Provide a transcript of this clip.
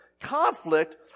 conflict